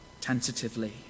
tentatively